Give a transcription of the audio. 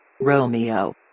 Romeo